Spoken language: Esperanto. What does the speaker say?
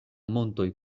montoj